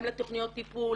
גם לתכניות טיפול,